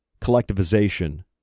collectivization